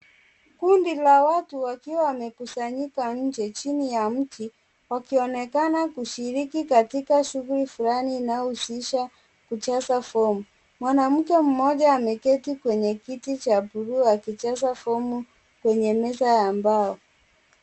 Kundi la watu wakiwa wamekusanyika nje chini ya mti wakionekana kushiriki katika shughulli fulani inayohusisha kujaza fomu, mwanamke mmoja ameketi kwenye kiti cha buluu akijaza fomu kwenye meza ya mbao.